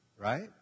right